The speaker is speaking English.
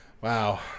Wow